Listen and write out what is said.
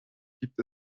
gibt